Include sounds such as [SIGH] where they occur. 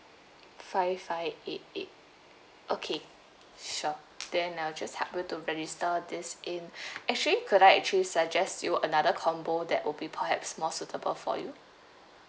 five five eight eight okay sure then I'll just help you to register this in [BREATH] actually could I actually suggest you another combo that will be perhaps more suitable for you